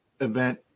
event